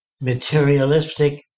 materialistic